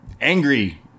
angry